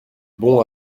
bon